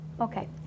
Okay